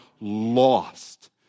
lost